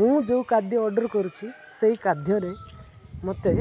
ମୁଁ ଯେଉଁ ଖାଦ୍ୟ ଅର୍ଡ଼ର କରୁଛି ସେଇ ଖାଦ୍ୟରେ ମୋତେ